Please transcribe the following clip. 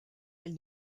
elle